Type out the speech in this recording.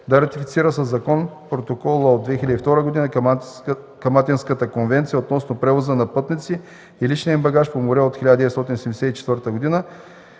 да ратифицира със закон Протокола от 2002 г. към Атинската конвенция относно превоза на пътници и личния им багаж по море от 1974 г.